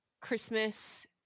Christmas